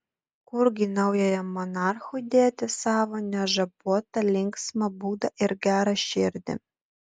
kurgi naujajam monarchui dėti savo nežabotą linksmą būdą ir gerą širdį